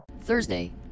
thursday